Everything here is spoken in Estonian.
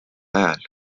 ajal